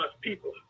people